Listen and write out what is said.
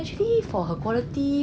actually for her quality